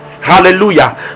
Hallelujah